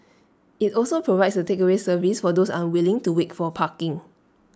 IT also provides A takeaway service for those unwilling to wait for parking